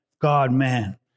God-man